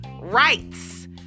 rights